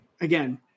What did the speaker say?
again